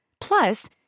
Plus